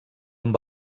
amb